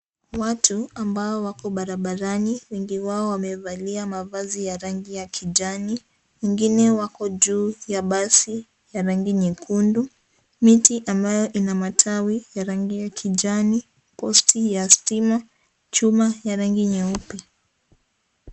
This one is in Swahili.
Watu ambao wako barabara. Wengi wao wamevalia mavazi ya rangi ya kijani. Wengine wako juu ya basi ya rangi nyekundu. Miti ambayo ina matawi ya rangi ya kijani. Posti ya stima. Chuma ya rangi nyeupe.